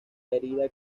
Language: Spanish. herida